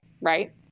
right